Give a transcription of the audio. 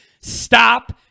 stop